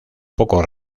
poco